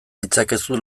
ditzakezu